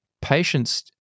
patients